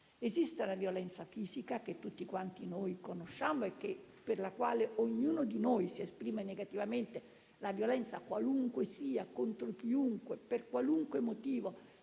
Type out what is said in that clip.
Esiste la violenza fisica, che tutti noi conosciamo e sulla quale ognuno di noi si esprime negativamente; la violenza, qualunque essa sia, contro chiunque e per qualunque motivo,